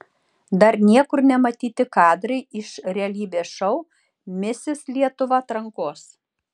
dar niekur nematyti kadrai iš realybės šou misis lietuva atrankos